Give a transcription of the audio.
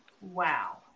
Wow